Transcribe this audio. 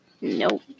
Nope